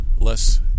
less